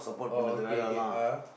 orh okay okay ah